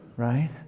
Right